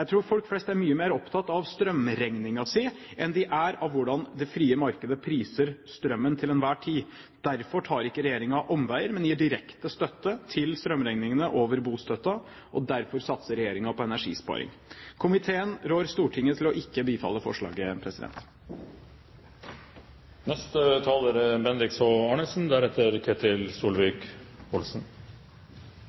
tror folk flest er mye mer opptatt av strømregningen sin enn de er av hvordan det frie markedet priser strømmen til enhver tid. Derfor tar ikke regjeringen omveier, men gir direkte støtte til strømregningene over bostøtten, og derfor satser regjeringen på energisparing. Komiteen råder Stortinget til ikke å bifalle forslaget.